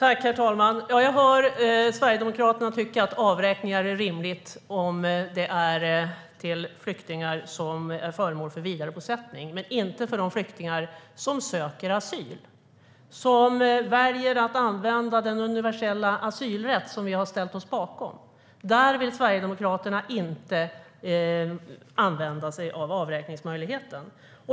Herr talman! Jag hör Sverigedemokraterna tycka att avräkningar är rimliga om de görs för flyktingar som är föremål för vidarebosättning men inte för de flyktingar som söker asyl, som väljer att använda den universella asylrätt som vi har ställt oss bakom. Där vill Sverigedemokraterna inte använda sig av avräkningsmöjligheten.